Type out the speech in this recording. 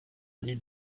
des